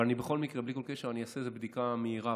אבל בכל מקרה בלי כל קשר אני אעשה בדיקה מהירה